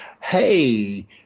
hey